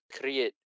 create